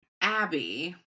Abby